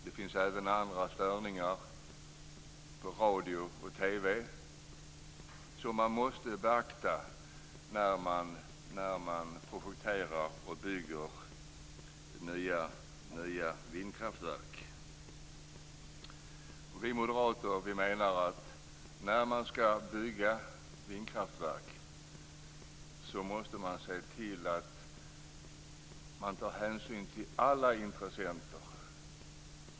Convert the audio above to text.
Det finns även andra störningar, på radio och TV, som man måste beakta när man projekterar och bygger nya vindkraftverk. Vi moderater menar att när man ska bygga vindkraftverk måste man se till att hänsyn tas till alla intressenter.